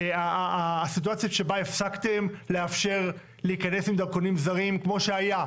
הסיטואציות שבה הפסקתם לאפשר להיכנס עם דרכונים זרים כמו שהיה,